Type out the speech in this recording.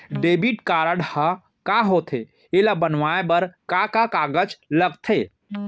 Debit card ह का होथे एला बनवाए बर का का कागज लगथे?